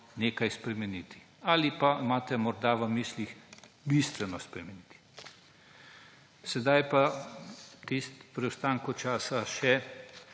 nekaj spremeniti ali pa imate morda v mislih bistveno spremeniti. Sedaj pa v preostanku časa,